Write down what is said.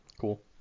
cool